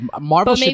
Marvel